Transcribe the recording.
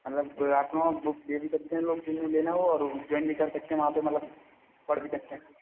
मतलब आपके वहाँ बुक ले भी सकते हैं लोग जिनको लेना हो जोइन भी कर सकते हैं वहाँ पर मतलब पढ़ भी सकते है